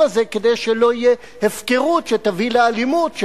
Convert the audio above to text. הזה כדי שלא תהיה הפקרות שתביא לאלימות,